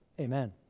Amen